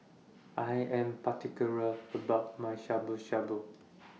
I Am particular about My Shabu Shabu